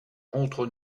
contre